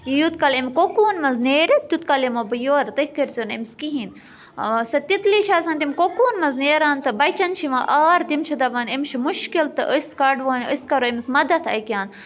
یوٗت کالہٕ أمۍ کۄکوٗن منٛز نیرِتھ تیوٗت کال یِمو بہٕ یورٕ تُہۍ کٔرزیو نہٕ أمِس کِہیٖنۍ سۄ تِتلی چھِ آسان تِم کۄکوٗن منٛز نیران تہٕ بَچَن چھِ یِوان آر تِم چھِ دَپان أمِس چھِ مُشکِل تہٕ أسۍ کَڑووان أسۍ کَرو أمِس مَدَتھ اَکیان